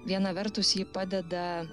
viena vertus ji padeda